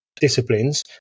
disciplines